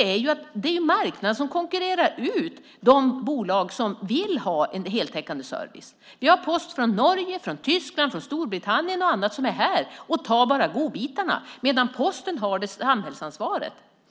är att det är marknaden som konkurrerar ut de bolag som vill ha en heltäckande service. Från posten i Norge, Tyskland, Storbritannien och andra länder är man här och tar bara godbitarna, medan Posten har samhällsansvaret.